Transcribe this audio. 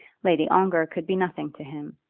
lady ongar could be nothing to him!